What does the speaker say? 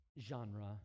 genre